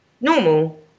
normal